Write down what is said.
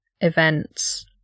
events